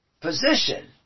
position